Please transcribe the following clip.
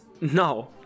No